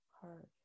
heart